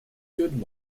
good